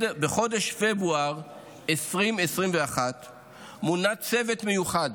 בחודש פברואר 2021 מונה צוות מיוחד